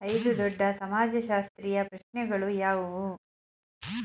ಐದು ದೊಡ್ಡ ಸಮಾಜಶಾಸ್ತ್ರೀಯ ಪ್ರಶ್ನೆಗಳು ಯಾವುವು?